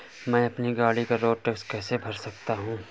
मैं अपनी गाड़ी का रोड टैक्स कैसे भर सकता हूँ?